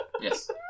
Yes